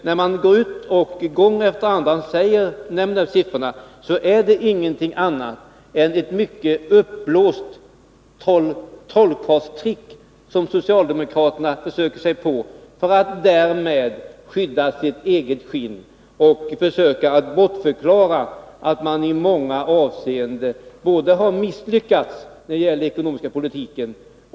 När man gång efter annan nämner siffrorna rör det sig inte om någonting annat än ett mycket uppblåst trolleritrick som socialdemokraterna försöker sig på för att därmed rädda sitt eget skinn och bortförklara att man i många avseenden har misslyckats när det gäller den ekonomiska politiken.